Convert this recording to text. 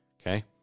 okay